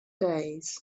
days